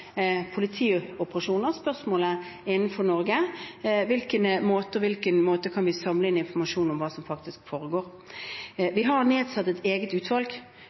Norge, på hvilken måte vi kan samle inn informasjon om hva som faktisk foregår. Vi har nedsatt et eget utvalg